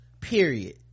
period